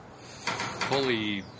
fully